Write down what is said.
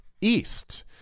East